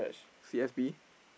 C S P